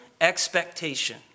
expectation